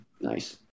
Nice